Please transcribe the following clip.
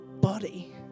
body